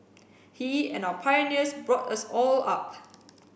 he and our pioneers brought us all up